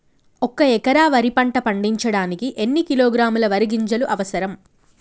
ఒక్క ఎకరా వరి పంట పండించడానికి ఎన్ని కిలోగ్రాముల వరి గింజలు అవసరం?